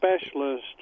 specialist